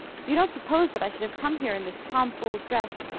you don't suppose that i should have come here in this tom-fool's dress,